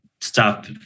stop